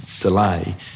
delay